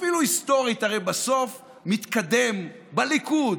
אפילו היסטורית, הרי בסוף מתקדם בליכוד